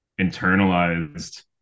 internalized